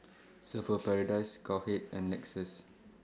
Surfer's Paradise Cowhead and Lexus